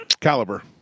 Caliber